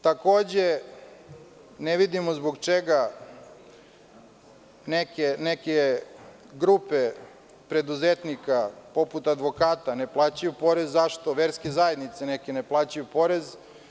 Takođe, ne vidimo zbog čega neke grupe preduzetnika, poput advokata ne plaćaju porez, zašto verske zajednice ne plaćaju porez?